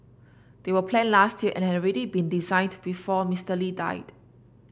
they were planned last year and had already been designed before Mister Lee died